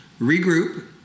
regroup